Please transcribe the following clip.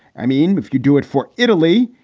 i mean, if you do it for italy,